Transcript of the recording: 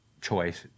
choice